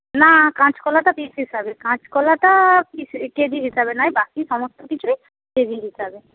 না কাঁচকলাটা পিস হিসাবে কাঁচকলাটা পিস কেজি হিসাবে নয় বাকি সমস্ত কিছুই কেজি হিসাবে